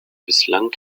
bislang